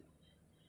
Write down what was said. ha